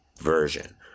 version